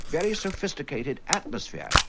very sophisticated atmosphere.